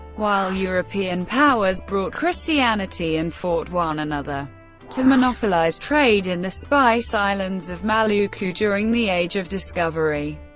while european powers brought christianity and fought one another to monopolise trade in the spice islands of maluku during the age of discovery.